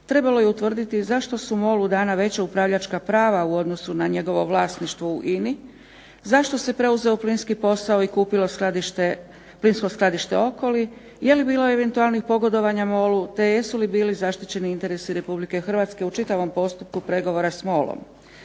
trebalo je utvrditi zašto su MOL-u dana veća upravljačka prava u odnosu na njegovo vlasništvo u INA-i, zašto se preuzeo plinski posao i kupilo plinskog skladište Okoli, je li bilo eventualnih pogodovanja MOL-u, te jesu li bili zaštićeni interesi Republike Hrvatske u čitavom postupku pregovora s MOL-om.